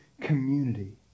community